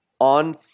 on